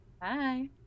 Bye